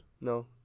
No